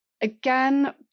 again